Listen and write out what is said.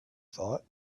thought